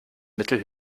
mittel